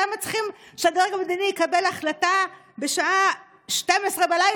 למה צריכים שהדרג המדיני יקבל החלטה בשעה 24:00?